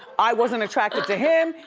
i wasn't attracted to him,